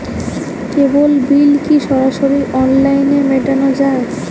কেবল bill কি সরাসরি অনলাইনে মেটানো য়ায়?